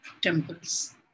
temples